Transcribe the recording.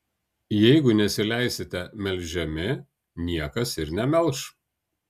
jeigu nesileisite melžiami niekas ir nemelš